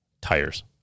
tires